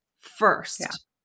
first